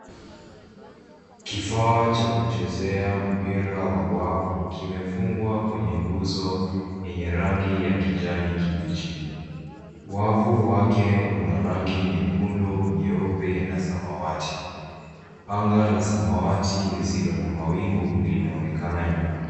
Kifaa cha kuchezea mpira wa wavu kimefungwa kwenye nguzo yenye rangi y akijani kibichi. Wavu wake una rangi nyekundu, nyeupe na samawati. Anga la samawati lisilo na mawingu linaonekana nyuma.